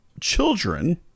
children